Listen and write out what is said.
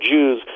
Jews